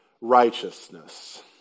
righteousness